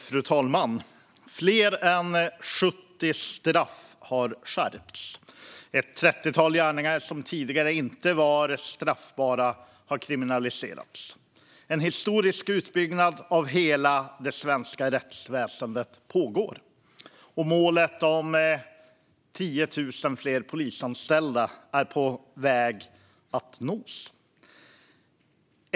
Fru talman! Fler än 70 straff har skärpts. Ett trettiotal gärningar som tidigare inte var straffbara har kriminaliserats. En historisk utbyggnad av hela det svenska rättsväsendet pågår. Målet om 10 000 fler polisanställda är på god väg att nås.